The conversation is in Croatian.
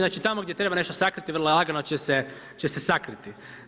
Znači tamo gdje treba nešto sakriti vrlo lagano će se sakriti.